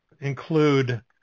include